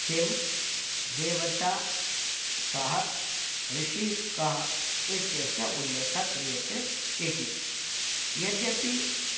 किं देवता कः ऋषिः कः इत्यस्य उल्लेखः क्रियते इति यद्यपि